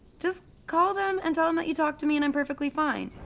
just call them and tell them that you talked to me, and i'm perfectly fine.